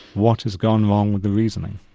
what has gone wrong with the reasoning?